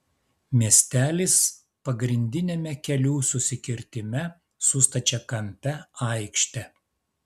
miestelis pagrindiniame kelių susikirtime su stačiakampe aikšte